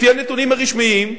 לפי הנתונים הרשמיים,